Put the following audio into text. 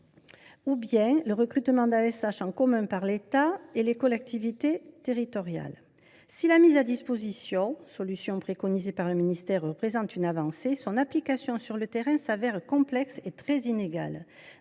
soit le recrutement d’AESH en commun par l’État et les collectivités territoriales. Si la mise à disposition, solution préconisée par le ministère, représente une avancée, son application sur le terrain se révèle complexe et très inégale.